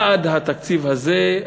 יעד התקציב הזה,